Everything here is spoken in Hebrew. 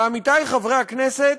ועמיתי חברי הכנסת,